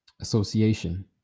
association